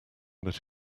that